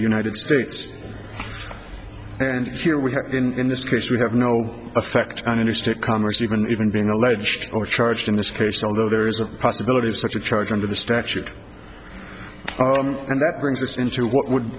united states and here we have in this case we have no effect on interstate commerce even even being alleged or charged in this case although there is a possibility of such a charge under the statute and that brings us into what would